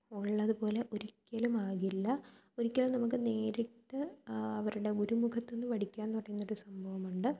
ഉള്ളത് പോലെ ഒരിക്കലുമാകില്ല ഒരിക്കലും നമുക്ക് നേരിട്ട് അവരുടെ ഗുരു മുഖത്തു നിന്ന് പഠിക്കുക എന്ന് പറഞ്ഞ ഒരു സംഭവമുണ്ട്